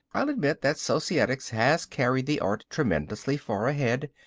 i'll admit that societics has carried the art tremendously far ahead.